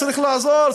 צריך לעזור,